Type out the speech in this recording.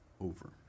over